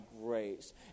grace